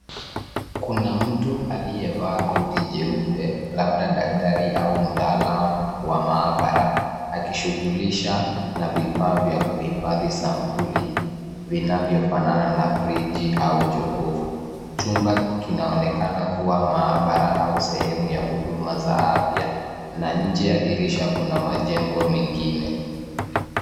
Kuna mtu aliyevaa koti jeupe labda daktari au mtaalamu wa mahabara akishughulisha na vifaa vya kuhifadhi sampuli vinavyo fanana na friji au jokovu chumba kinaonekana kuwa mahabara au sehemu ya huduma za afya na nje ya dirisha kuna majengo mengine.